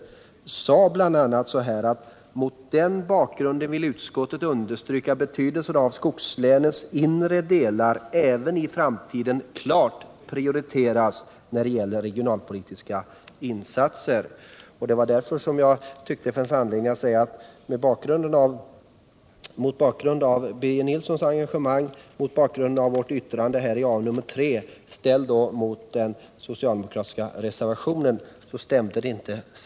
Där står det bl.a.: ”Mot den bakgrunden = Nr 50 vill utskottet understryka betydelsen av att skogslänens inre delar även Onsdagen den i framtiden klart prioriteras när det gäller regionalpolitiska insatser.” Det 14 december 1977 var därför jag tyckte det fanns anledning att säga att den socialdemo LL kratiska reservationen inte stämmer om man ställer den mot Birger Nils — Sysselsättningsbisons engagemang och arbetsmarknadsutskottets yttrande till näringsut — drag till tekoinduskottet.